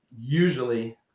usually